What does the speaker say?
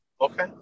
Okay